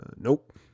Nope